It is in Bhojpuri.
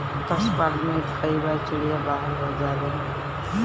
पशुपालन में कई बार चिड़िया बाहर हो जालिन